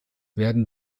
werden